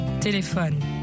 téléphone